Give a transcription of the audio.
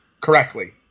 correctly